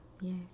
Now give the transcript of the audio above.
Yes